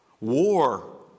war